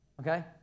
okay